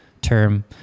term